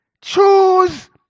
choose